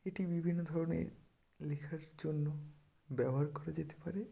এটি বিভিন্ন ধরনের লেখার জন্য ব্যবহার করা যেতে পারে